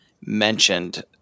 mentioned